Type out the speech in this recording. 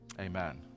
Amen